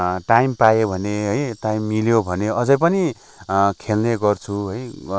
time पाएँ भने time मिल्यो भने अझै पनि खेल्ने गर्छु है